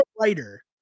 writer